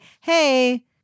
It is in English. hey